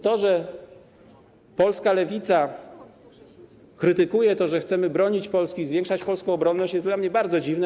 To, że polska lewica krytykuje fakt, że chcemy bronić Polski i zwiększać polską obronność, jest dla mnie bardzo dziwne.